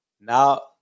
now